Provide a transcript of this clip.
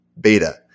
beta